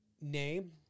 name